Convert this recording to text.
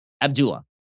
Abdullah